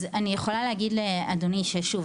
אז אני יכולה להגיד לאדוני שוב,